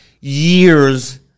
years